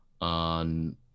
on